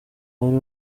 wari